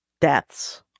deaths